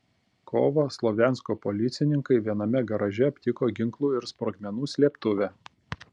kovą slovjansko policininkai viename garaže aptiko ginklų ir sprogmenų slėptuvę